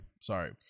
Sorry